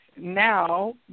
now